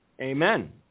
Amen